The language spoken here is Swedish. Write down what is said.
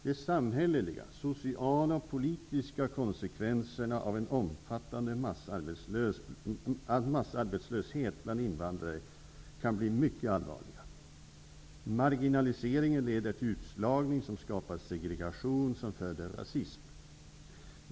De samhälleliga, sociala och politiska konsekvenserna av en omfattande massarbetslöshet bland invandrare kan bli mycket allvarliga. Marginaliseringen leder till utslagning, som skapar segregation, som föder rasism.